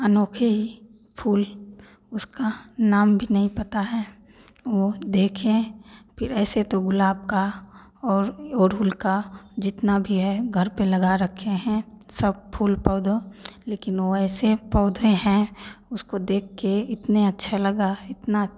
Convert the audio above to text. अनोखे ही फूल उसका नाम भी नहीं पता है वो देखें फिर ऐसे तो गुलाब का और जितना भी है घर पर लगा रखे हैं सब फूल पौधों लेकिन वो ऐसे पौधे हैं उसको देख के इतना अच्छे लगा इतना